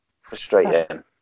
frustrating